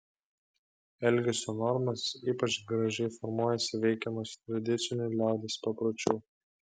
elgesio normos ypač gražiai formuojasi veikiamos tradicinių liaudies papročių